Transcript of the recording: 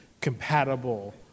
compatible